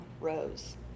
rose